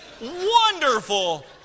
wonderful